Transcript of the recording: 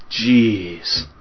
Jeez